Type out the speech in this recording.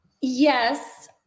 Yes